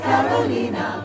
Carolina